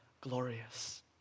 glorious